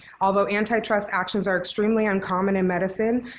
although antitrust actions are extremely uncommon in medicine,